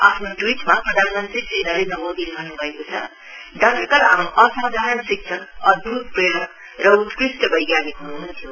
आफ्नो ट्वीटमा प्रधान मंत्री श्री नरेन्द्र मोदीले भन्नु भएको छ डाक्टर कलाम असाधारण शिक्षक अद्भुत प्रेरक र उत्कष्ठ बैज्ञानिक हुनुहुन्थ्यो